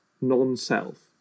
non-self